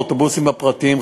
האוטובוסים הפרטיים,